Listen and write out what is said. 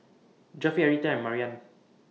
Jeffery Arietta and Mariann